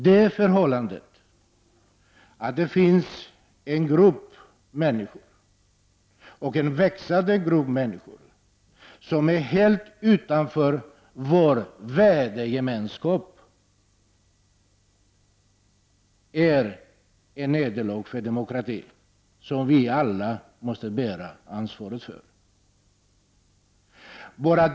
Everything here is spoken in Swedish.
Det förhållandet att det finns en växande grupp människor som är helt utanför vår värdegemenskap är ett nederlag för demokratin, som vi alla måste bära ansvaret för.